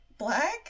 black